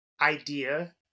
idea